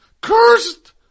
cursed